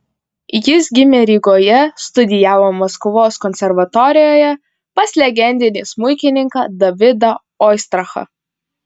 jis gimė rygoje studijavo maskvos konservatorijoje pas legendinį smuikininką davidą oistrachą